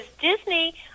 Disney